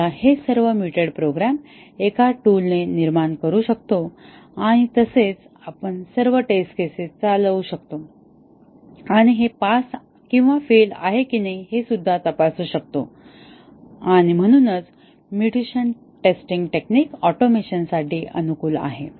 आपण हे सर्व म्युटेड प्रोग्राम एका टूल ने निर्माण करू शकतो आणि तसेच आपण सर्व टेस्ट केसेस चालवू शकतो आणि हे पास किंवा फेल आहे की नाही हे तपासू शकतो आणि म्हणूनच म्युटेशन टेस्टिंग टेक्निक ऑटोमेशनसाठी अनुकूल आहे